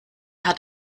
hat